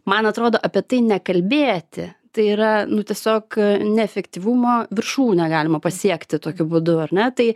man atrodo apie tai nekalbėti tai yra nu tiesiog neefektyvumo viršūnę galima pasiekti tokiu būdu ar ne tai